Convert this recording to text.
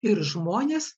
ir žmonės